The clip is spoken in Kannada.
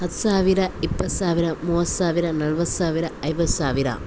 ಹತ್ತು ಸಾವಿರ ಇಪ್ಪತ್ತು ಸಾವಿರ ಮೂವತ್ತು ಸಾವಿರ ನಲ್ವತ್ತು ಸಾವಿರ ಐವತ್ತು ಸಾವಿರ